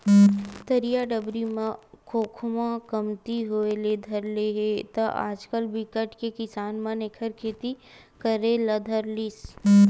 तरिया डबरी म खोखमा कमती होय ले धर ले हे त आजकल बिकट के किसान मन एखर खेती करे ले धर लिस